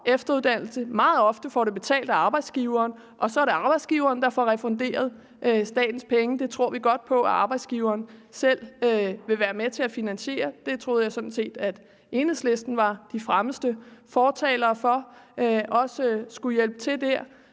efteruddannelse, meget ofte få det betalt af arbejdsgiveren, og så er det arbejdsgiveren, der får refunderet statens penge. Det tror vi godt på at arbejdsgiveren selv vil være med til at finansiere. Det troede jeg sådan set at Enhedslisten var de fremmeste fortalere for, altså at de skulle hjælpe til der.